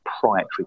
proprietary